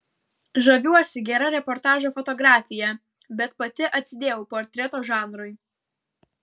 žaviuosi gera reportažo fotografija bet pati atsidėjau portreto žanrui